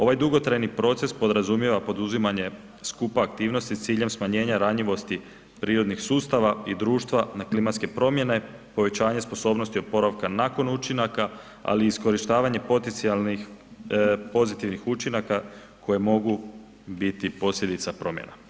Ovaj dugotrajni proces podrazumijeva poduzimanje skupa aktivnosti s ciljem smanjenja ranjivosti prirodnih sustava i društva na klimatske promjene, povećanje sposobnosti nakon učinaka, ali i iskorištavanje potencijalnih pozitivnih učinaka koje mogu biti posljedica promjena.